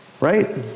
right